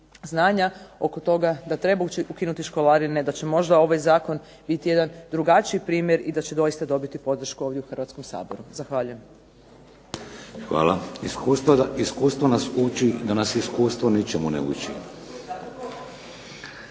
znanja oko toga da treba ukinuti školarine, da će možda ovaj zakon biti jedan drugačiji primjer i da će doista dobiti podršku ovdje u Hrvatskom saboru. Zahvaljujem. **Šeks, Vladimir (HDZ)** Hvala. Iskustvo nas uči da nas iskustvo ničemu ne uči.